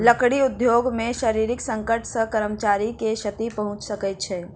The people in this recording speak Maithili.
लकड़ी उद्योग मे शारीरिक संकट सॅ कर्मचारी के क्षति पहुंच सकै छै